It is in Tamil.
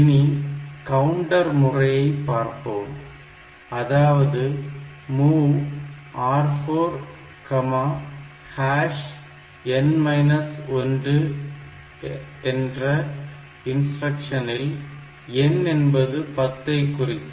இனி கவுண்டர் முறையைப் பார்ப்போம் அதாவது MOV R4 N 1 என்ற இன்ஸ்டிரக்சனில் N என்பது 10 ஐ குறிக்கும்